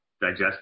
digest